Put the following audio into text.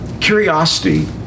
curiosity